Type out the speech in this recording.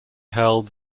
held